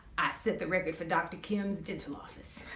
i set the record for dr kim's dental office.